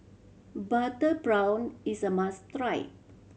butter prawn is a must try